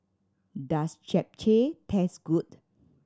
does Japchae taste good